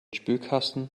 spülkasten